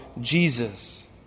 Jesus